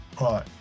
right